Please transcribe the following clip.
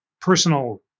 personal